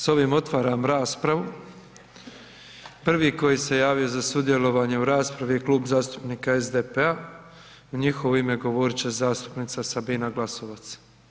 S ovim otvaram raspravu, prvi koji se javio za sudjelovanje u raspravi je Klub zastupnika SDP-a, u njihovo ime govorit će zastupnica Sabina Glasovac.